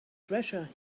treasure